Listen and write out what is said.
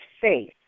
faith